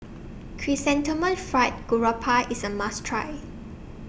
Chrysanthemum Fried Garoupa IS A must Try